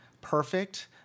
perfect